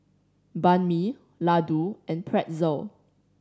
Banh Mi Ladoo and Pretzel